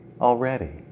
already